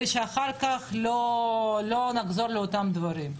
וזאת כדי שאחר כך לא נחזור לאותם דברים,